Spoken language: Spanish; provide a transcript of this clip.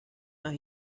las